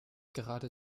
gerade